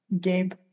gabe